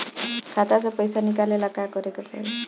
खाता से पैसा निकाले ला का करे के पड़ी?